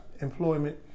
employment